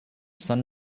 sun